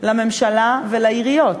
לממשלה ולעיריות,